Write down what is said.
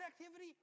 activity